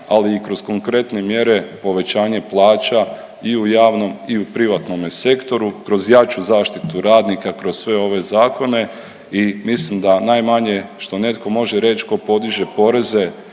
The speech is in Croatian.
ali i kroz konkretne mjere povećanje plaća i u javnom i u privatnome sektoru kroz jaču zaštitu radnika, kroz sve ove zakone i mislim da najmanje što netko može reć tko podiže poreze